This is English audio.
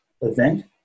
event